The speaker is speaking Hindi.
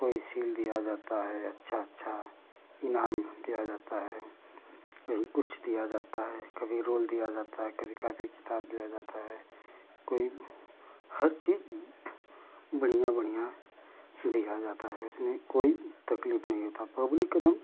कोई सील दिया जाता है अच्छा अच्छा इनाम दिया जाता है कहीं कुछ दिया जाता है कभी रोल दिया जाता है कभी कॉपी किताब दिया जाता है कोई हर चीज़ बढ़िया बढ़िया दिया जाता है इसमें कोई तकलीफ़ नहीं होती पब्लिक एक दम